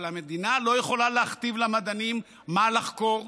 אבל המדינה לא יכולה להכתיב למדענים מה לחקור,